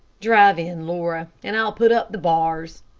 drive in, laura, and i'll put up the bars.